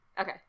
Okay